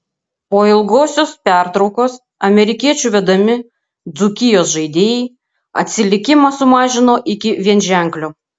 po ilgosios pertraukos amerikiečių vedami dzūkijos žaidėjai atsilikimą sumažino iki vienženklio